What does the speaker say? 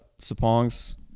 Sapong's